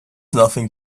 nothing